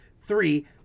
Three